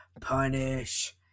punish